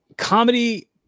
comedy